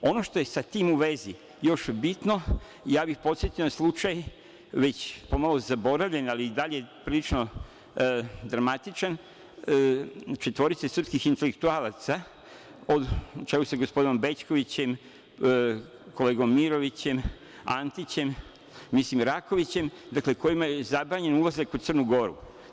Ono što je sa tim u vezi još bitno, ja bih podsetio na slučaj, već pomalo zaboravljen, ali i dalje prilično dramatičan, četvorice srpskih intelektualaca na čelu sa gospodinom Bećkovićem, kolegom Mirovićem, Antićem, Rakovićem, dakle kojima je zabranjen ulazak u Crnu Goru.